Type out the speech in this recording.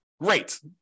great